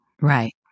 Right